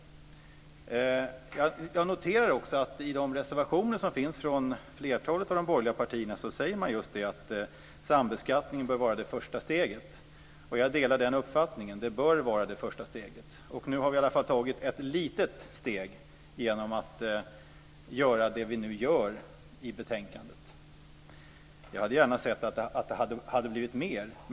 Jag noterar också att i de reservationer som finns från flertalet av de borgerliga partierna säger man att förändringen av sambeskattningen bör vara det första steget. Jag delar den uppfattningen. Det bör vara det första steget. Jag hade gärna sett att det hade blivit mer.